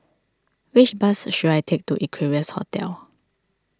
which bus should I take to Equarius Hotel